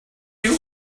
you